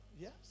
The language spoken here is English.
Yes